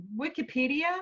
Wikipedia